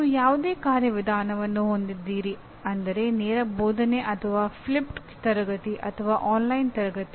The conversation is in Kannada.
ನೀವು ಯಾವುದೇ ಕಾರ್ಯವಿಧಾನವನ್ನು ಹೊಂದಿದ್ದೀರಿ ಅಂದರೆ ನೇರ ಬೋಧನೆ ಅಥವಾ ಫ್ಲಿಪ್ಡ್ ತರಗತಿ ಅಥವಾ ಆನ್ಲೈನ್ ತರಗತಿ